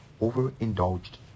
overindulged